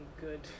good